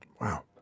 Wow